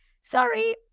sorry